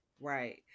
Right